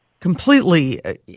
completely